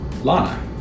Lana